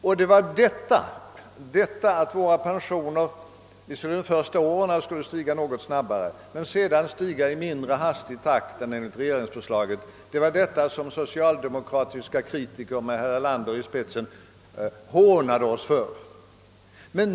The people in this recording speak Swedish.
Däremot skulle pensionerna enligt vårt förslag under de första åren ha stigit något snabbare. Detta var det förslag som socialdemokratiska kritiker med herr Erlander i spetsen hånade oss för.